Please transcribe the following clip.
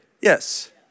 yes